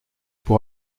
pour